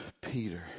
Peter